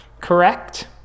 correct